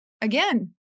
again